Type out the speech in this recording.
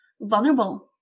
vulnerable